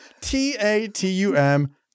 T-A-T-U-M